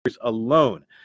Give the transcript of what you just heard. alone